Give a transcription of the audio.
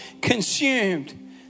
consumed